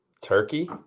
turkey